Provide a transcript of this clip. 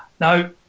Now